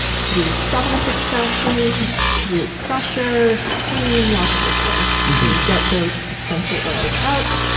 through solvent extraction and through pressure, steam, lots of different ways that you get those essential oils out.